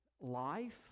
life